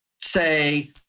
say